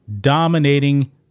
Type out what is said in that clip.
dominating